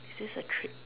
is this a trick